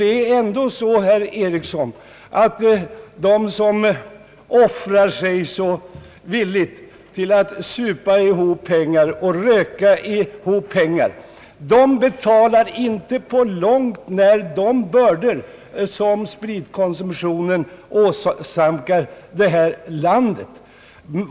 Det förhåller sig ju ändå så att de som »offrar sig» så villigt för att supa ihop och röka ihop pengar till statskassan inte på långt när betalar de bördor som spritkonsumtionen åsamkar det här landet.